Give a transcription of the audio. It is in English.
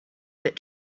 that